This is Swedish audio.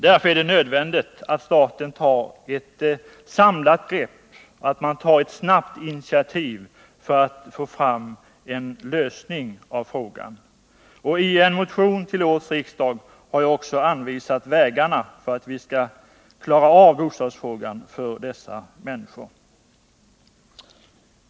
Därför är det nödvändigt att staten tar ett samlat grepp och snabbt tar initiativ för att få fram en lösning av frågan. I en motion till årets riksdag har jag också anvisat vägarna för hur vi skall klara av bostadsfrågan för dessa människor.